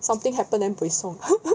something happen then buay song